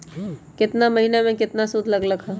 केतना महीना में कितना शुध लग लक ह?